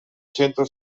centro